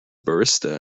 barista